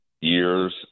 years